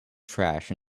trash